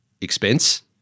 expense